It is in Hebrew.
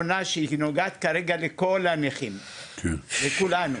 סוגיה אחרונה שנוגעת לכל הנכים, לכולנו.